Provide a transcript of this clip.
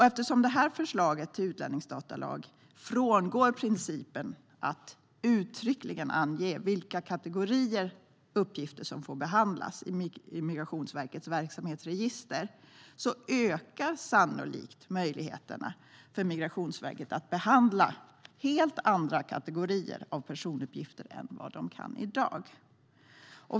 Eftersom förslaget till utlänningsdatalag frångår principen att uttryckligen ange vilka kategorier uppgifter som får behandlas i Migrationsverkets verksamhetsregister ökar sannolikt möjligheterna för Migrationsverket att behandla helt andra kategorier av personuppgifter än vad man kan i dag.